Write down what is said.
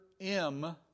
M-